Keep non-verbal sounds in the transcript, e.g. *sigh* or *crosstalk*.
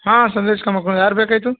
ಹಾಂ ಸಂದೇಶ್ *unintelligible* ಯಾರು ಬೇಕಾಯಿತು